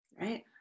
Right